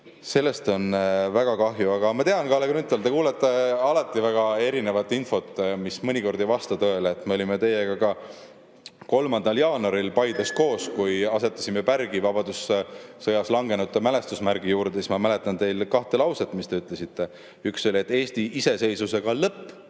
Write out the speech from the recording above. Sellest on väga kahju. Aga ma tean, Kalle Grünthal, et te kuulete alati väga erinevat infot, mis mõnikord ei vasta tõele. Me olime teiega 3. jaanuaril Paides koos, kui asetasime pärgi vabadussõjas langenute mälestusmärgi juurde. Ma mäletan kahte lauset, mis te ütlesite. Üks oli, et Eesti iseseisvusega on lõpp,